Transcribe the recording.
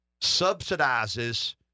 subsidizes